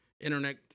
internet